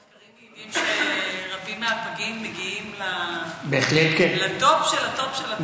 המחקרים מעידים שרבים מהפגים מגיעים לטופ של הטופ של הטופ.